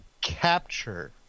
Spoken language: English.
Capture